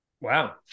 Wow